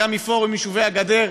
גם מפורום יישובי הגדר,